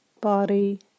body